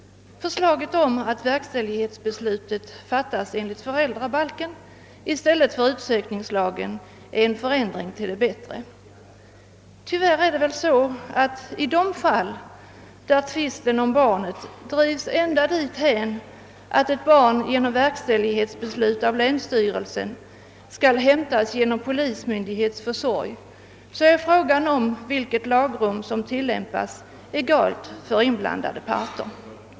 Förslaget om att verkställighetsbeslutet skall fattas enligt föräldrabalken i stället för enligt utsökningslagen är en förändring till det bättre. Tyvärr är det väl så att i de fall, där tvisten om barnet drivs ända dithän att ett barn genom verkställighetsbeslut av länsstyrelsen skall hämtas genom polismyndighets försorg, är frågan om vilket lagrum som tillämpas egalt för inblandade parter.